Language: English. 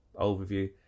overview